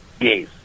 Yes